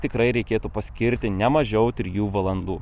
tikrai reikėtų paskirti ne mažiau trijų valandų